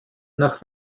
nach